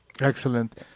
Excellent